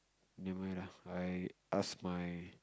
never mind lah I ask my